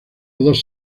dos